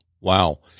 Wow